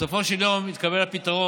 בסופו של יום מתקבל הפתרון